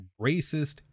racist